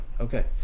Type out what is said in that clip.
okay